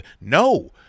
No